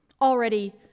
Already